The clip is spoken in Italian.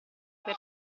per